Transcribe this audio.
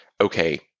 okay